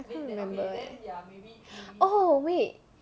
I cant' remember leh orh wait